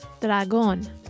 Dragón